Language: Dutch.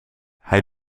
hij